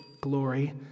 glory